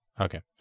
okay